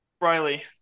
Riley